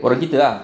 orang kita ah